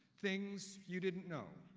things you didn't know,